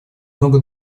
много